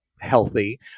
healthy